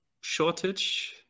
shortage